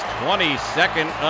22nd